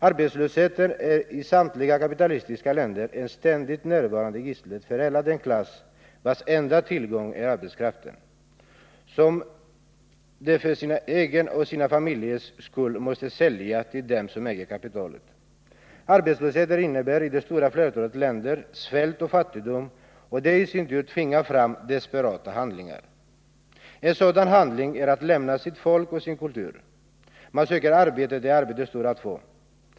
Arbetslösheten är i samtliga kapitalistiska länder det ständigt närvarande gisslet för hela den klass vars enda tillgång är arbetskraften, som de för sin egen och för sina familjers skull måste sälja till dem som äger kapitalet. Arbetslöshet innebär i det stora flertalet länder svält och fattigdom, och det i sin tur tvingar fram desperata handlingar. En sådan handling är att lämna sitt folk och sin kultur. Man söker arbete där arbete står att få.